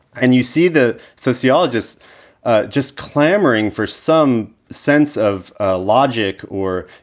and you see the sociologist just clamoring for some sense of ah logic or